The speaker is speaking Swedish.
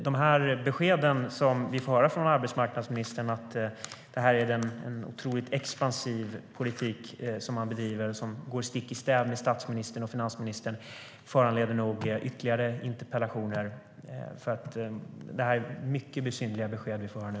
De besked som vi får höra från arbetsmarknadsministern om att det är en otroligt expansiv politik som man bedriver går stick i stäv med statsministern och finansministern. Det föranleder nog ytterligare interpellationer, för det är mycket besynnerliga besked vi får nu.